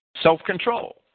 Self-control